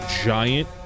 giant